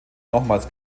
nochmals